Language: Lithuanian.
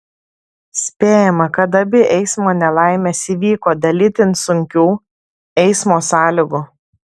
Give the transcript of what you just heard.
spėjama kad abi eismo nelaimės įvyko dėl itin sunkių eismo sąlygų